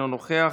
אינו נוכח,